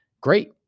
great